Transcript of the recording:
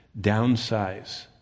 downsize